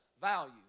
value